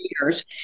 years